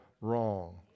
wrong